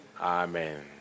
Amen